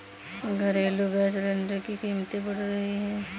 घरेलू gas cylinder की कीमतें बढ़ रही है